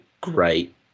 great